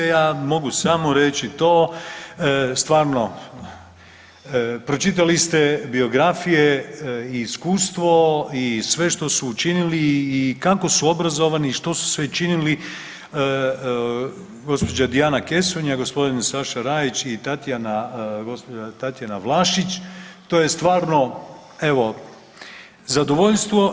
Ja mogu samo reći to stvarno, pročitali ste biografije i iskustvo, i sve što su učinili, i kako su obrazovani i što su sve činili gospođa Dijana Kesonja, gospodin Saša Rajić i Tatjana gospođa Tatjana Vlašić to je stvarno evo zadovoljstvo.